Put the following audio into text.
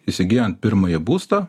įsigyjant pirmąjį būstą